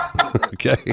okay